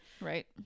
right